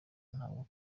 ntabwo